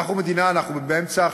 אנחנו מדינה, אנחנו עכשיו באמצע,